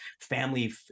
family